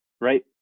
right